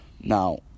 Now